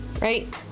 right